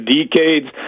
decades